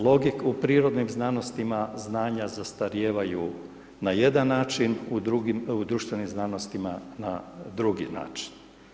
Logika, u prirodnim znanostima znanja zastarijevaju na jedan način, u društvenim znanostima na drugi način.